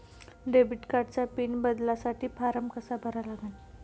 Debit कार्डचा PIN बदलासाठी form कसा भरा लागन?